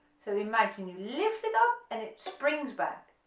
so imagine you lift it up and it springs back,